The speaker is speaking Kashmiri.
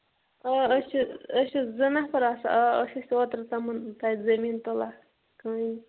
آ أسۍ چھِ أسۍ چھِ زٕ نَفر آسان آ أسۍ ٲسۍ اوترٕ تِمَن تَتہِ زٔمیٖن تُلان کامہِ